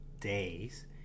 days